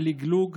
הלגלוג,